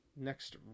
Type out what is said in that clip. next